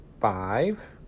five